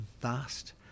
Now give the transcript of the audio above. vast